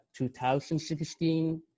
2016